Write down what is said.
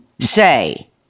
say